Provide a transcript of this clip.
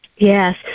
Yes